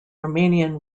romanian